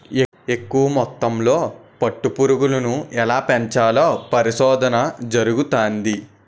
ఎక్కువ మొత్తంలో పట్టు పురుగులను ఎలా పెంచాలో పరిశోధన జరుగుతంది